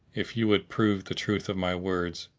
if you would prove the truth of my words,